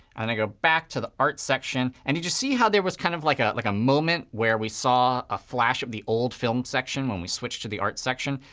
and i go back to the art section. and you see how there was kind of like ah like a moment where we saw a flash of the old film section when we switched to the art section?